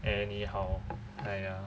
anyhow !aiya!